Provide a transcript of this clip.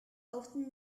often